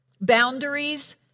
Boundaries